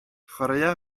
chwaraea